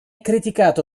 criticato